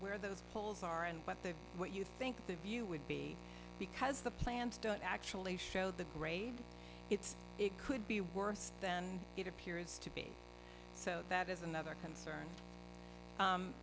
where those poles are and what the what you think the view would be because the plant actually showed that it's it could be worse than it appears to be so that is another concern